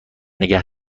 نگه